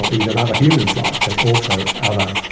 so even other human's life but also other.